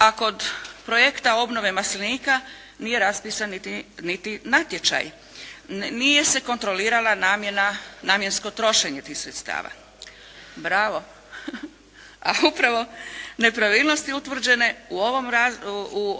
A kod projekta obnove maslinika nije raspisan niti natječaj. Nije se kontrolirala namjena, namjensko trošenje tih sredstava. …/Upadica se ne čuje./… Bravo. A upravo nepravilnosti utvrđene u